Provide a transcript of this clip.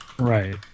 Right